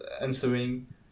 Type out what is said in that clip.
answering